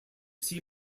see